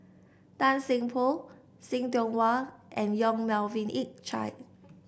Tan Seng Poh See Tiong Wah and Yong Melvin Yik Chye